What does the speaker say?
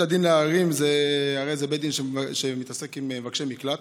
הדין לעררים זה בית דין שמתעסק עם מבקשי מקלט.